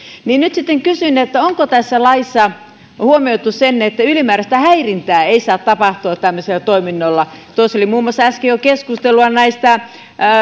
nyt sitten kysyn onko tässä laissa huomioitu se että ylimääräistä häirintää ei saa tapahtua tämmöisellä toiminnalla tuossa oli muun muassa äsken jo keskustelua näistä